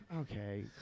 Okay